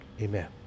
Amen